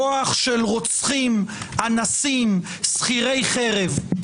כוח של רוצחים, אנסים, שכירי חרב.